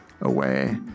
away